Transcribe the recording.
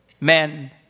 men